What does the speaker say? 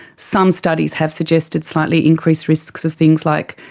some studies have suggested slightly increased risks of things like